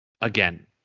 again